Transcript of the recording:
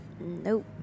Nope